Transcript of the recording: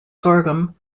sorghum